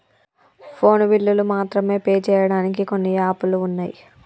phone బిల్లులు మాత్రమే pay చెయ్యడానికి కొన్ని యాపులు వున్నయ్